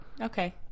Okay